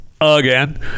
again